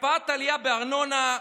הקפאת העלייה בארנונה,